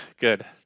good